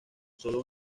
sólo